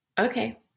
Okay